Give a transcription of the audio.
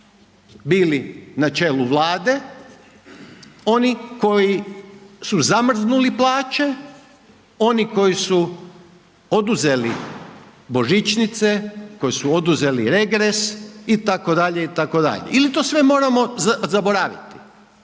bili na čelu vlade, oni koji su zamrznuli plaće, oni koji su oduzeli božičnice, koji su oduzeli regres itd., itd. ili to sve moramo zaboraviti.